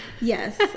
yes